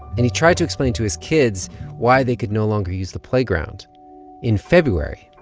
and he tried to explain to his kids why they could no longer use the playground in february,